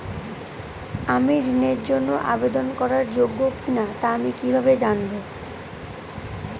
আমি ঋণের জন্য আবেদন করার যোগ্য কিনা তা আমি কীভাবে জানব?